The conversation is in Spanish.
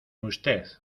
usted